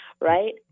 right